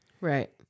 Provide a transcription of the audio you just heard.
Right